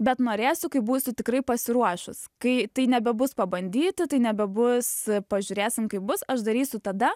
bet norėsiu kai būsiu tikrai pasiruošus kai tai nebebus pabandyti tai nebebus pažiūrėsim kaip bus aš darysiu tada